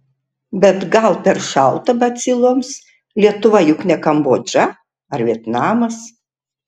bet gal per šalta baciloms lietuva juk ne kambodža ar vietnamas